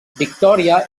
victòria